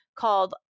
Called